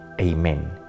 Amen